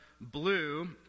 blue